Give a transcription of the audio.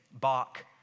Bach